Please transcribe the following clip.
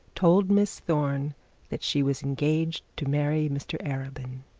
told miss thorne that she was engaged to marry mr arabin,